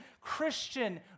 Christian